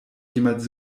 jemals